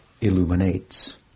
illuminates